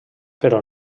però